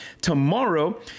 Tomorrow